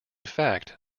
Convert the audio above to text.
fact